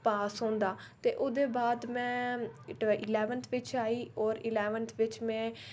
पास होंदा ऐ ते ओहदे बाद में इलैवन्थ बिच आई और इलैवन्थ बिच्च में